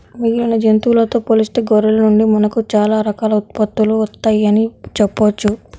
మిగిలిన జంతువులతో పోలిస్తే గొర్రెల నుండి మనకు చాలా రకాల ఉత్పత్తులు వత్తయ్యని చెప్పొచ్చు